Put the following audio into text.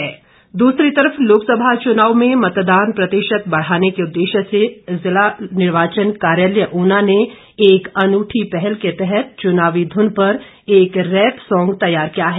social media दूसरी तरफ लोकसभा चुनाव में मतदान प्रतिशत बढ़ाने के उद्देश्य से जिला निर्वाचन कार्यालय ऊना ने एक अनूठी पहल के तहत चुनावी धुन पर एक रैप सॉन्ग तैयार किया है